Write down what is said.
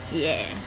ya